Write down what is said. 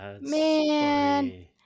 man